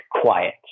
quiet